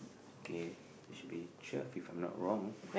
okay this picture if I'm not wrong